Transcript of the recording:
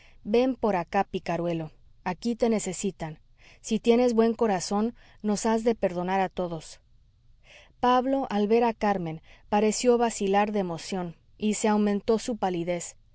ven por acá picaruelo aquí te necesitan si tienes buen corazón nos has de perdonar a todos pablo al ver a carmen pareció vacilar de emoción y se aumentó su palidez